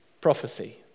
prophecy